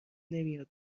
نمیاد